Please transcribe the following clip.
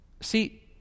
See